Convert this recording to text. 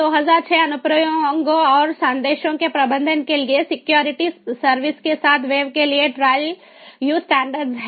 2 2006 अनुप्रयोगों और संदेशों के प्रबंधन के लिए सिक्योरिटी सर्विस के साथ वेव के लिए ट्रायल यूज स्टैंडर्ड है